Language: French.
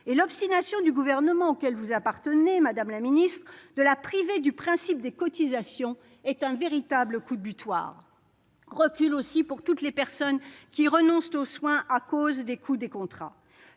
L'obstination du gouvernement auquel vous appartenez, madame la ministre, à la priver du principe des cotisations est, à ce titre, un véritable coup de boutoir ! Il s'agit aussi d'un recul pour toutes les personnes qui renoncent aux soins à cause du coût des contrats.